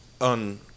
on